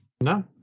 No